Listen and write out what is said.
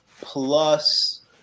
plus